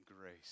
grace